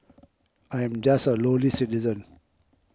I am just a lowly citizen